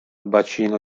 bacino